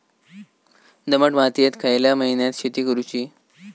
दमट मातयेत खयल्या महिन्यात शेती करुची?